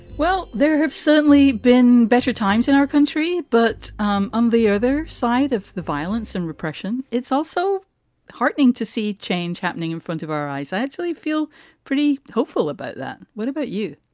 well, there have certainly been better times in our country, but um on the other side the violence and repression, it's also heartening to see change happening in front of our eyes. i actually feel pretty hopeful about that. what about you?